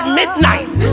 midnight